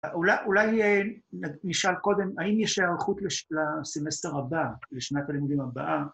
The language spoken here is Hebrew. ‫אולי נשאל קודם, ‫האם יש היערכות לסמסטר הבא, ‫לשנת הלימודים הבאה?